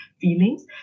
feelings